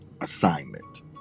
assignment